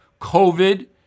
COVID